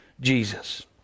Jesus